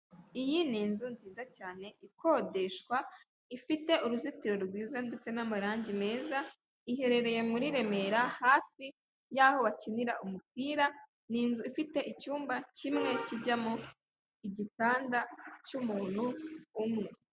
Iyi ni inzu nziza cyane ikodeshwa, ifite uruzitiro rwiza ndetse n'amarangi meza, iherereye muri Remera hafi yaho bakinira umupira, ni inzu ifite icyumba kimwe kijyamo igitanda cy'umuntu umwe.